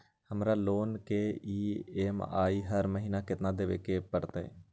हमरा लोन के ई.एम.आई हर महिना केतना देबे के परतई?